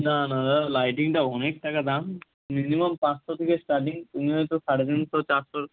না না দাদা লাইটিংটা অনেক টাকা দাম মিনিমাম পাঁচশো থেকে স্টার্টিং তুমি হয়তো সাড়ে তিনশো চারশো